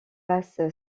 passe